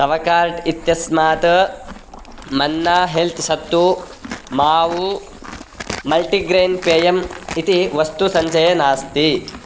तव कार्ट् इत्यस्मात् Manna health sattu maavu multigrain पेयम् इति वस्तु सञ्चये नास्ति